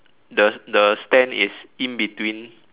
the the stand is in between